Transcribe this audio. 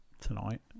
tonight